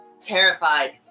terrified